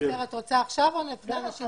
רציתי